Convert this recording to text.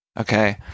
okay